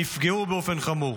נפגעו באופן חמור.